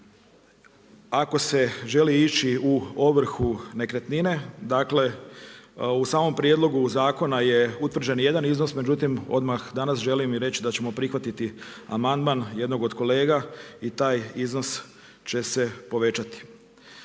ako se želi ići u ovrhu nekretnine, dakle, u samom prijedlogu zakona je utvrđen jedan iznos, međutim odmah danas želim i reći da ćemo prihvatiti amandman jednog od kolega i taj iznos će se povećati.